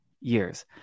years